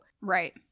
Right